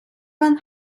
van